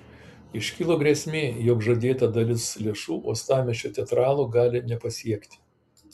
iškilo grėsmė jog žadėta dalis lėšų uostamiesčio teatralų gali nepasiekti